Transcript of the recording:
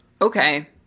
Okay